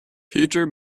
peter